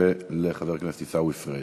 ולחבר הכנסת עיסאווי פריג'.